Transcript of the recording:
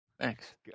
Thanks